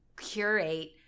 curate